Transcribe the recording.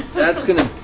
that's going to,